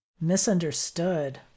misunderstood